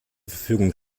verfügung